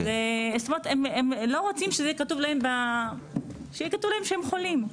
הם לא רוצים שיהיה כתוב שהם חולים.